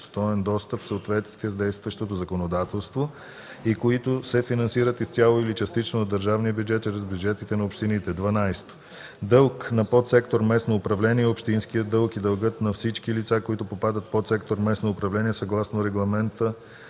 равностоен достъп в съответствие с действащото законодателство, и които се финансират изцяло или частично от държавния бюджет чрез бюджетите на общините. 12. „Дълг на подсектор „Местно управление” е общинският дълг и дългът на всички лица, които попадат в подсектор „Местно управление”, съгласно Регламент